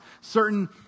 certain